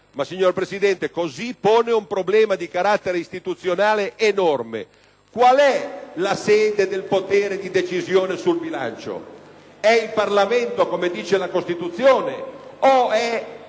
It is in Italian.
ma, signor Presidente, così pone un problema di carattere istituzionale enorme. Qual è la sede del potere di decisione sul bilancio? È il Parlamento, come stabilisce la Costituzione, oppure